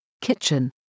Kitchen